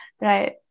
right